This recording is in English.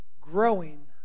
Growing